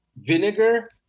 Vinegar